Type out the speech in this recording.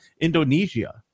Indonesia